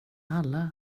alla